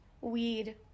weed